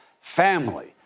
family